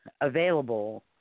available